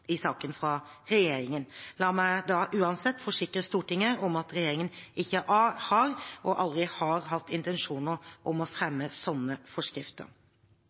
saken fra regjeringen. La meg da uansett forsikre Stortinget om at regjeringen ikke har, og aldri har hatt, intensjoner om å fremme slike forskrifter.